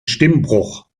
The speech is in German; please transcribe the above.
stimmbruch